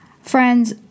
Friends